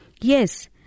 Yes